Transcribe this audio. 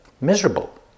miserable